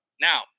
Now